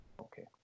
Okay